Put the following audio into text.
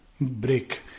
break